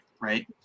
right